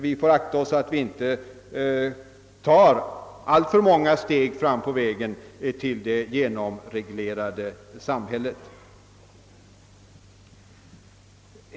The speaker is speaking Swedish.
Vi får akta oss att ta alltför många steg på vägen fram till det genomreglerade samhället.